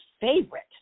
favorite